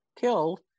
killed